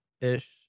ish